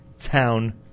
Town